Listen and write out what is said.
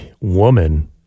woman